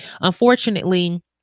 unfortunately